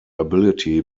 ability